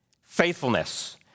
faithfulness